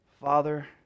Father